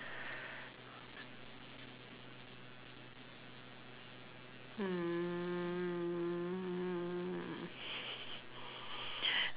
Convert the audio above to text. mm